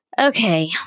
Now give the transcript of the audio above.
Okay